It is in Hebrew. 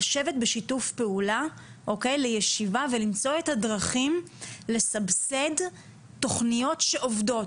לשבת בשיתוף פעולה לישיבה ולמצוא את הדרכים לסבסד תכניות שעובדות,